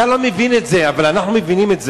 אתה לא מבין את זה, אבל אנחנו מבינים את זה.